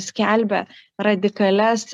skelbia radikalias